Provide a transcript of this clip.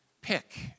pick